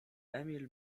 emil